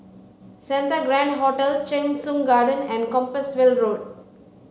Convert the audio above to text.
Santa Grand Hotel Cheng Soon Garden and Compassvale Road